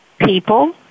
people